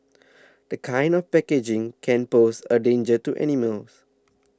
this kind of packaging can pose a danger to animals